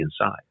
inside